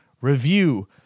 review